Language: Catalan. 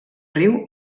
riu